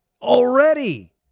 already